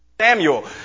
Samuel